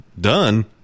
Done